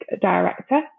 director